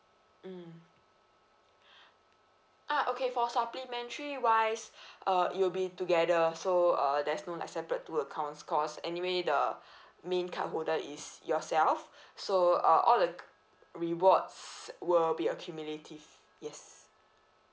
mm ah okay for supplementary-wise uh it will be together so uh there's no like separate two accounts cause anyway the main card holder is yourself so uh all the c~ rewards will be accumulative yes